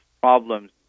problems